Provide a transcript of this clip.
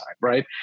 right